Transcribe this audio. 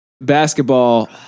basketball